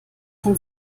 sind